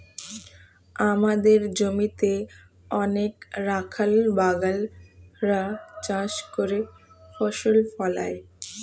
আমাদের জমিতে অনেক রাখাল বাগাল রা চাষ করে ফসল ফলায়